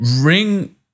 Ring